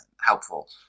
helpful